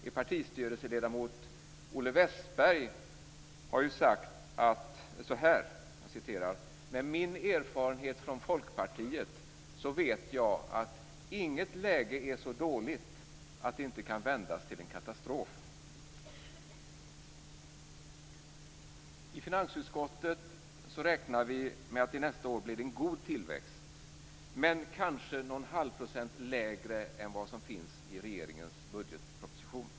Er partistyrelseledamot Olle Wästberg har ju sagt: Med min erfarenhet från Folkpartiet vet jag att inget läge är så dåligt att det inte kan vändas till en katastrof. I finansutskottet räknar vi med att det nästa år blir en god tillväxt, men kanske någon halv procent lägre än vad som finns i regeringens budgetproposition.